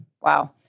Wow